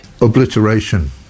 Obliteration